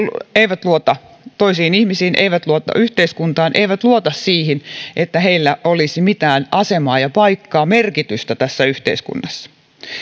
eivät luota toisiin ihmisiin eivät luota yhteiskuntaan eivät luota siihen että heillä olisi mitään asemaa ja paikkaa merkitystä tässä yhteiskunnassa